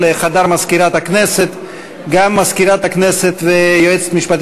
מחברי ועדת הקלפי, חברי הכנסת יצחק